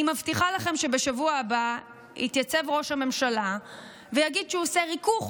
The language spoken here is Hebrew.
אני מבטיחה לכם שבשבוע הבא יתייצב ראש הממשלה ויגיד שהוא עושה ריכוך